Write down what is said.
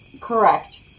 Correct